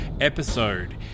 episode